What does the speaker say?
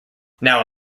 now